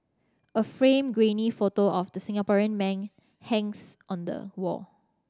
a framed grainy photo of the Singaporean man hangs on the wall